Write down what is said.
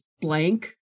blank